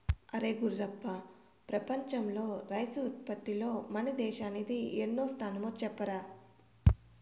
అరే గుర్రప్ప ప్రపంచంలో రైసు ఉత్పత్తిలో మన దేశానిది ఎన్నో స్థానమో చెప్పరా